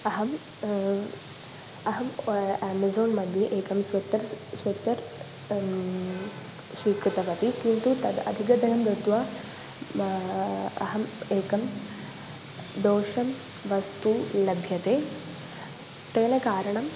अहम् अहम् अमेज़ान् मध्ये एकं स्वेट्टर्स् स्वेट्टर् स्वीकृतवती किन्तु तद् अधिकाधिकं दत्वा म अहम् एकं दोषं वस्तु लभ्यते तेन कारणं